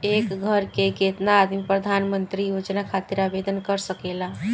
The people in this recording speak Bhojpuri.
एक घर के केतना आदमी प्रधानमंत्री योजना खातिर आवेदन कर सकेला?